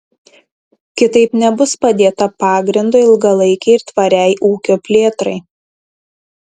kitaip nebus padėta pagrindo ilgalaikei ir tvariai ūkio plėtrai